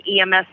EMS